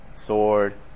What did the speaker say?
sword